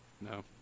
No